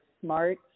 smart